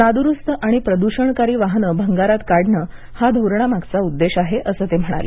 नादुरुस्त आणि प्रदूषणकारी वाहनं भंगारात काढणं हा धोरणामागाचा उद्देश आहे असं ते म्हणाले